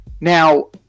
Now